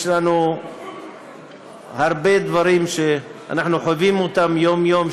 יש לנו הרבה דברים שאנחנו חווים אותם יום-יום,